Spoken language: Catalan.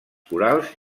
corals